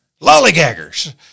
lollygaggers